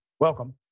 Welcome